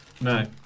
No